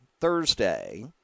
Thursday